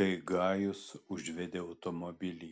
kai gajus užvedė automobilį